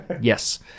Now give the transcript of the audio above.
Yes